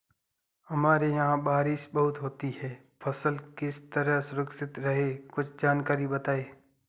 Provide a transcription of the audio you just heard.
हमारे यहाँ बारिश बहुत होती है फसल किस तरह सुरक्षित रहे कुछ जानकारी बताएं?